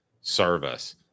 service